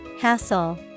Hassle